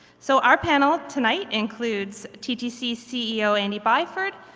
so our panel tonight includes ttc ceo andy byford,